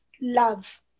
love